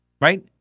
Right